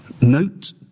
Note